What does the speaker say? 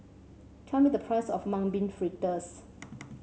tell me the price of Mung Bean Fritters